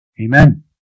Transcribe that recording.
Amen